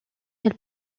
elle